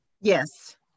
Yes